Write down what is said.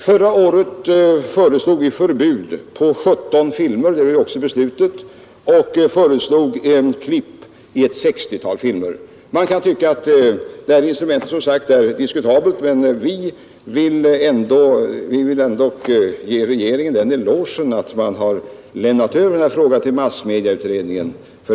Förra året föreslog vi förbud av 17 filmer — och det blev också beslutat — och klipp i ett 60-tal. Man kan tycka att censur är ett diskutabelt instrument, men vi vill ändå ge regeringen en eloge för att frågan har lämnats över till massmedieutredningen.